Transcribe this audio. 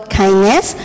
kindness